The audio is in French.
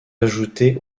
ajoutés